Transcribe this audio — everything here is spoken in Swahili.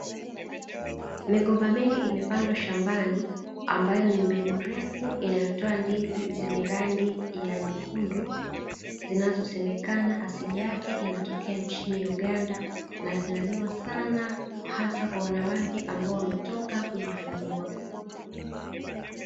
Migomba mingi imepandwa shambani ambayo ni mbegu refu inayotoa ndizi zenye rangi ya nyekundu, inasemekana asili yake inatokea nchini Uganda na zinaliwa sana hasa kwa wanawake ambao wametoka kujifungua.